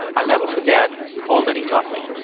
i'll never forget all that he taught me.